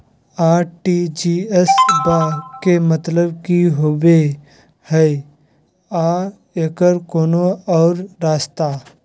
RTGS बा के मतलब कि होबे हय आ एकर कोनो और रस्ता?